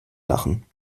lachen